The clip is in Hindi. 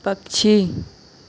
पक्षी